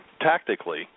tactically